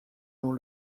dans